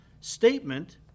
statement